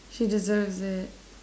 she deserves it